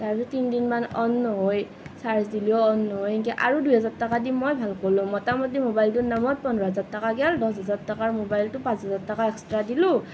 তাৰপিছত তিনিদিনমান অন নহয় চাৰ্জ দিলেও অন নহয় এনেকে আৰু দুহেজাৰ টকা দি মই ভাল কৰিলোঁ মুটামুটি ম'বাইলটোৰ নামত পোন্ধৰ হেজাৰ টকা গ'ল দছ হেজাৰ টকাৰ ম'বাইলটো পাঁচ হেজাৰ টকা এক্সট্ৰা দিলোঁ